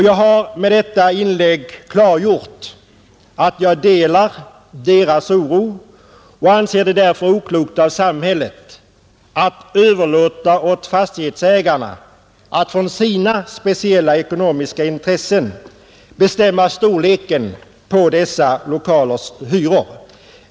Jag har med detta inlägg klargjort att jag delar deras oro, och jag anser det därför oklokt av samhället att överlåta åt fastighetsägarna att från sina speciella ekonomiska intressen bestämma storleken på dessa lokalers hyror.